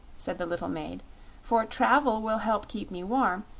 said the little maid for travel will help keep me warm,